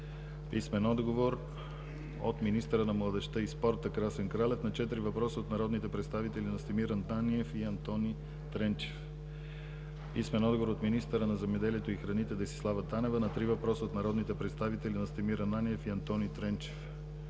от министъра на младежта и спорта Красен Кралев на четири въпроса от народните представители Настимир Ананиев и Антони Тренчев; - писмен отговор от министъра на земеделието и храните Десислава Танева на три въпроса от народните представители Настимир Ананиев и Антони Тренчев;